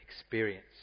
experience